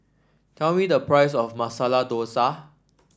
tell me the price of Masala Dosa